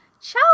Ciao